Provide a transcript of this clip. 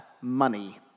money